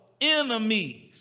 enemies